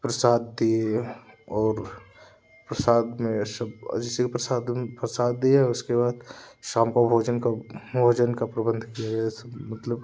प्रसाद दिए और प्रसाद में ये सब आ जैसे प्रसादंम प्रसाद दिया उसके बाद शाम का भोजन का भोजन का प्रबंध किए ऐसे मतलब